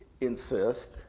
insist